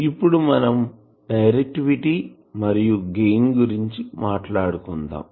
ఇప్పుడు మనం డైరెక్టివిటీ మరియు గెయిన్ గురించి మాట్లాడుకుందాం